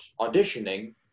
auditioning